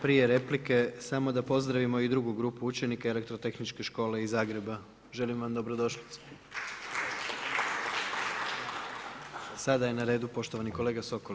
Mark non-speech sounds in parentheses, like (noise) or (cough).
Prije replike, samo da pozdravimo i drugu grupu učenika Elektrotehničke škole iz Zagreba, želim vam dobrodošlicu. (applause) Sada je na redu poštovani kolega Sokol.